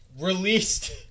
released